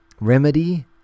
remedy